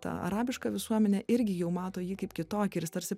ta arabiška visuomenė irgi jau mato jį kaip kitokį ir jis tarsi